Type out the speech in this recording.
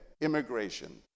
immigration